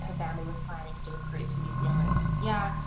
her family was planning to do a cruise through new zealand this yeah